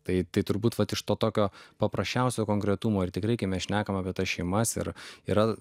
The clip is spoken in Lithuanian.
tai turbūt vat iš to tokio paprasčiausio konkretumo ir tikrai kai mes šnekam apie tas šeimas ir yra